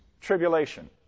Tribulation